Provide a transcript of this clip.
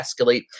escalate